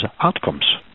outcomes